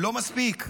לא מספיק.